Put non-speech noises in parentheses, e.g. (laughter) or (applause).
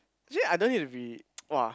actually I don't need to be (noise) !wah!